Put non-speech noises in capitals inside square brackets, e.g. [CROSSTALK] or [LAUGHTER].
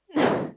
[BREATH]